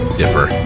differ